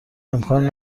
امکان